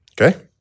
Okay